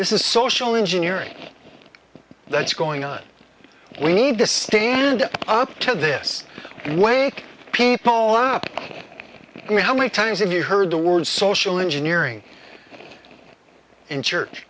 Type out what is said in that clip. this is social engineering that's going on we need to stand up to this and wake people up and how many times have you heard the word social engineering in church